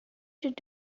should